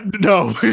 No